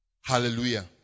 hallelujah